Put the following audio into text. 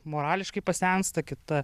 morališkai pasensta kita